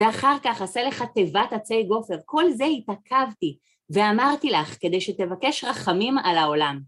ואחר כך עשה לך תיבת עצי גופר. כל זה התעכבתי ואמרתי לך כדי שתבקש רחמים על העולם.